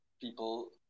people